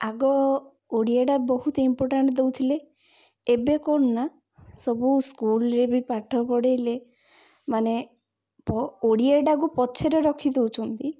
ଆଗ ଓଡ଼ିଆଟା ବହୁତ ଇମ୍ପୋଟାଣ୍ଟ ଦେଉଥିଲେ ଏବେ କ'ଣ ନା ସବୁ ସ୍କୁଲ୍ରେ ବି ପାଠ ପଢାଇଲେ ମାନେ ଓଡ଼ିଆଟାକୁ ପଛରେ ରଖି ଦେଉଛନ୍ତି